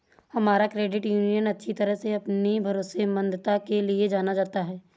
हमारा credit union अच्छी तरह से अपनी भरोसेमंदता के लिए जाना जाता है